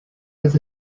was